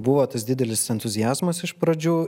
buvo tas didelis entuziazmas iš pradžių